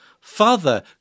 Father